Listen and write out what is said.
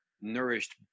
nourished